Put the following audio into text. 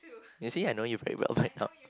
you see I know you very well right now